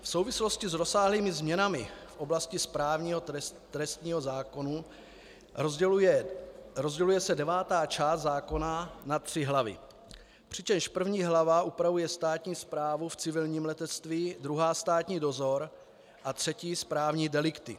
V souvislosti s rozsáhlými změnami v oblasti správního trestního zákona rozděluje se devátá část zákona na tři hlavy, přičemž první hlava upravuje státní správu v civilním letectví, druhá státní dozor a třetí správní delikty.